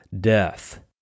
death